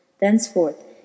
Thenceforth